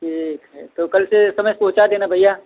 ठीक है तो कल से समय से पहुँचा देना भइया